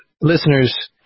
listeners